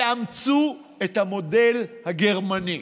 תאמצו את המודל הגרמני.